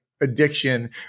addiction